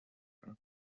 کنم